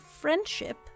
friendship